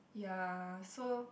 ya so